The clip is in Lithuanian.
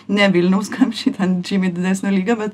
ne vilniaus kamščiai ten žymiai didesnio lygio bet